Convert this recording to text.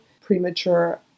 premature